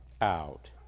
out